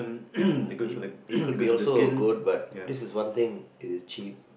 ya it it could be also a good but this is one thing it is cheap